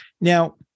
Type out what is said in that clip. Now